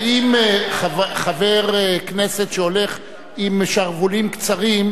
אדוני היושב-ראש, השר יכול גם להחליט שהוא,